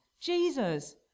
Jesus